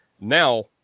now